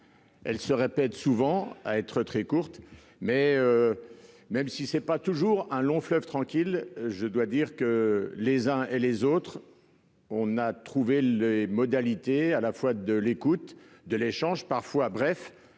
Elle se répète souvent à être très courte mais. Même si c'est pas toujours un long fleuve tranquille. Je dois dire que les uns et les autres. On a trouvé les modalités à la fois de l'écoute de l'échange parfois bref